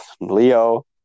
Leo